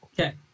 Okay